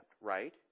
right